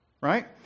right